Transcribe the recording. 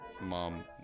Mom